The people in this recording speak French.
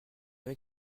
avez